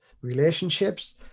relationships